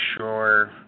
sure